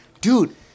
dude